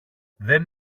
δεν